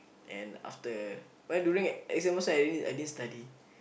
and after well during exam I didn't I didn't study